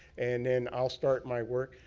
and then i'll start my work.